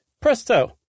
Presto